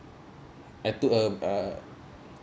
I took uh uh